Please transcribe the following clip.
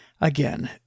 Again